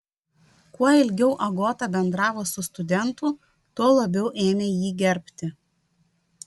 kuo ilgiau agota bendravo su studentu tuo labiau ėmė jį gerbti